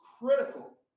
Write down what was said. critical